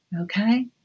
okay